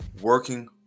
working